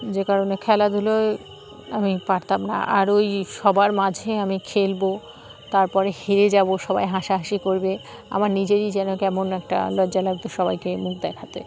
যে কারণে খেলাধুলো আমি পারতাম না আর ওই সবার মাঝে আমি খেলব তারপরে হেরে যাবো সবাই হাসাহাসি করবে আমার নিজেরই যেন কেমন একটা লজ্জা লাগতো সবাইকেই মুখ দেখাতে